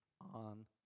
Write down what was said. on